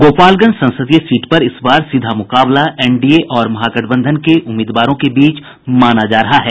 गोपालगंज संसदीय सीट पर इस बार सीधा मुकाबला एनडीए और महागठबंधन के उम्मीदवारों के बीच माना जा रहा है